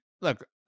Look